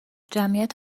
جمعیت